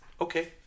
okay